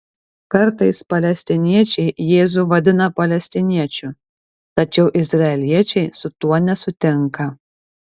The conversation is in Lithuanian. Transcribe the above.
kartais palestiniečiai jėzų vadina palestiniečiu tačiau izraeliečiai su tuo nesutinka